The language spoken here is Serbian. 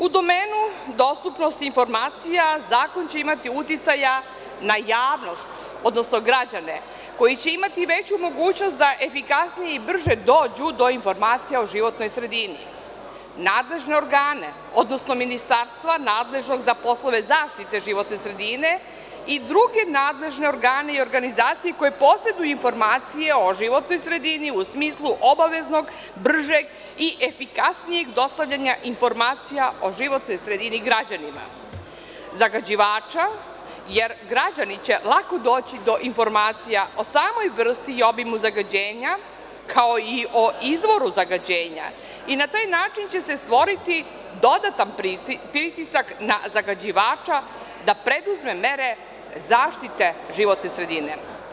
U domenu dostupnosti informacija zakon će imati uticaja na javnost, odnosno građane koji će imati veću mogućnost da efikasnije i brže dođu do informacija o životnoj sredini, nadležne organe, odnosno ministarstva nadležnog za poslove zaštite životne sredine i druge nadležne organe i organizacije koje poseduju informacije o životnoj sredini u smislu obaveznog, bržeg i efikasnijeg dostavljanja informacija o životnoj sredini građanima, zagađivača, jer građani će lako doći do informacija o samoj vrsti i obimu zagađenja kao i o izvoru zagađenja i na taj način će se stvoriti dodatan pritisak na zagađivača da preduzme mere zaštite životne sredine.